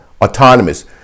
autonomous